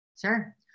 Sure